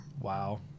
Wow